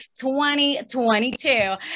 2022